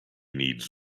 needs